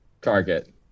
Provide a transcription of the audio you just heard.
Target